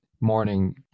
morning